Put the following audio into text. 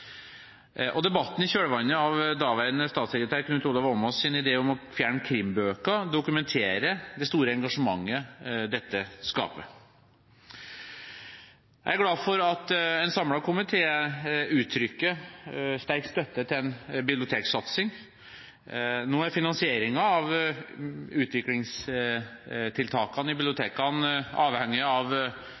Debatten i kjølvannet av daværende statssekretær Knut Olav Åmås’ idé om å fjerne krimbøker dokumenterer det store engasjementet dette skaper. Jeg er glad for at en samlet komité uttrykker sterk støtte til en biblioteksatsing. Nå er finansieringen av utviklingstiltakene i bibliotekene avhengig av